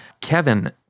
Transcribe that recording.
Kevin